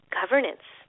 governance